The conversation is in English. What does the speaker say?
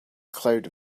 cloud